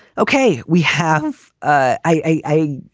ok. we have. i.